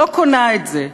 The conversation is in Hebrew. לא קונה את זה,